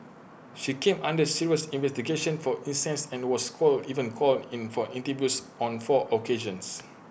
she came under serious investigation for incest and was called even called in for interviews on four occasions